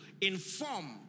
inform